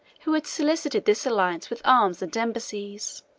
who had solicited this alliance with arms and embassies.